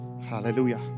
Hallelujah